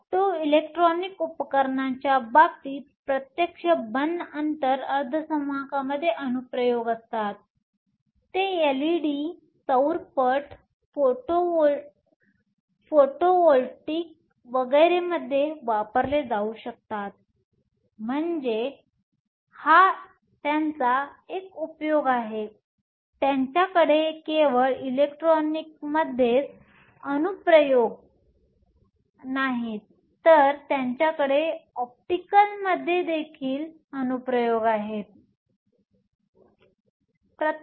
optoelectronic उपकरणांच्या बाबतीत प्रत्यक्ष बंध अंतर अर्धसंवाहकाध्ये अनुप्रयोग असतात ते एलइडी सौर घट फोटोव्होल्टेइक वगैरे मध्ये वापरले जाऊ शकतात म्हणजे हा त्यांचा एक उपयोग आहे त्यांच्याकडे केवळ इलेक्ट्रॉनिक मध्येच अनुप्रयोग अँप्लिकेशन नाहीत तर त्यांच्याकडे ऑप्टिकलमध्ये देखील अनुप्रयोग आहेत